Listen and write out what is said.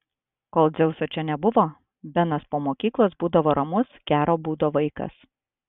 kol dzeuso čia nebuvo benas po mokyklos būdavo ramus gero būdo vaikas